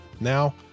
Now